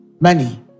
money